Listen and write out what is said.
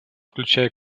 включая